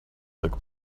took